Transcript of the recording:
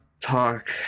talk